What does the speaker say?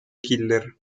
killer